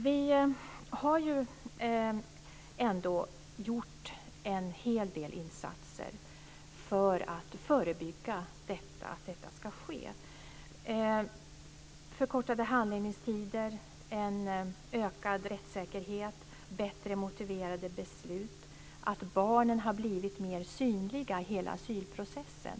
Vi har ändå gjort en hel del insatser för att förebygga att detta ska ske. Det är förkortade handläggningstider, ökad rättssäkerhet och bättre motiverade beslut. Barnen har blivit mer synliga i hela asylprocessen.